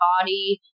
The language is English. body